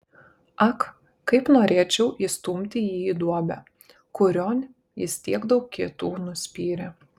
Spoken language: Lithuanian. ak kaip norėčiau įstumti jį į duobę kurion jis tiek daug kitų nuspyrė